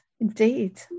indeed